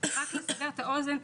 רק לסבר את האוזן,